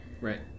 Right